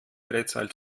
drehzahl